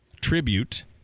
Tribute